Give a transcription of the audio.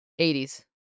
80s